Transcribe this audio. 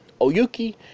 Oyuki